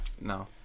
No